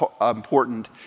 important